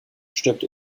stirbt